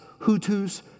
Hutus